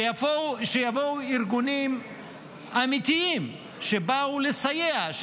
שיבואו ארגונים אמיתיים שבאו לסייע,